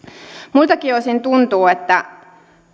muiltakin osin tuntuu että